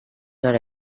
are